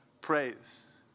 praise